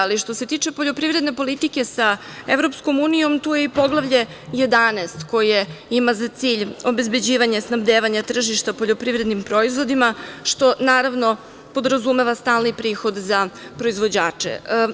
Ali, što se tiče poljoprivredne politike sa EU, tu je i Poglavlje 11, koje ima za cilj obezbeđivanje, snabdevanja tržišta poljoprivrednim proizvodima što, naravno, podrazumeva stalni prihod za proizvođače.